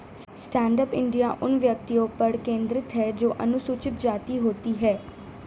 stand up India उन व्यक्तियों पर केंद्रित है जो अनुसूचित जाति होती है